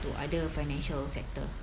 to other financial sector